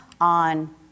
on